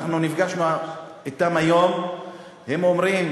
אנחנו נפגשנו אתם היום, הם אומרים: